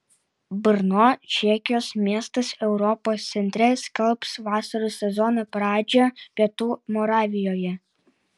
brno čekijos miestas europos centre skelbs vasaros sezono pradžią pietų moravijoje